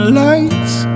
lights